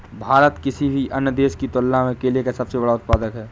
भारत किसी भी अन्य देश की तुलना में केले का सबसे बड़ा उत्पादक है